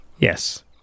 Yes